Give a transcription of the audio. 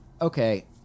okay